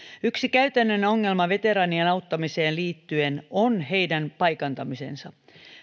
yksi käytännön ongelma veteraanien auttamiseen liittyen on heidän paikantamisensa